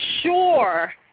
sure